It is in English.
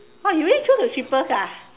oh you really try the cheapest ah